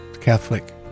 Catholic